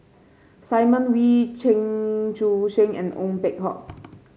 Simon Wee Chen Sucheng and Ong Peng Hock